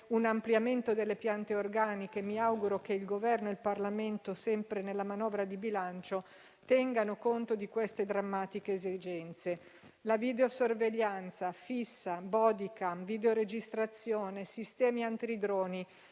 un ampliamento delle piante organiche. Mi auguro che il Governo e il Parlamento, sempre nella manovra di bilancio, tengano conto di queste drammatiche esigenze. Sulla videosorveglianza fissa, attraverso *bodycam*, videoregistrazione e sistemi antidroni,